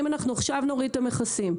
אם אנחנו עכשיו נוריד את המכסים,